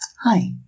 Hi